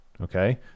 Okay